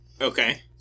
Okay